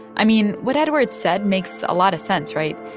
i mean, what edwards said makes a lot of sense, right?